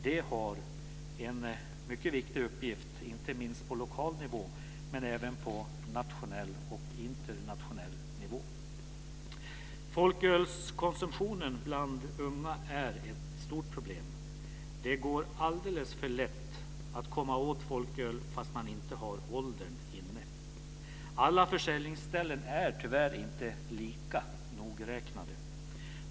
De har en mycket viktig uppgift inte minst på lokal nivå, men även på nationell och internationell nivå. Folkölskonsumtionen bland unga är ett stort problem. Det går alldeles för lätt att komma åt folköl fast man inte har åldern inne. Alla försäljningsställen är tyvärr inte lika nogräknade.